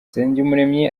nsengumuremyi